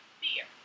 fear